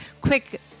quick